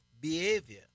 behavior